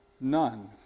none